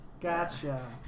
Gotcha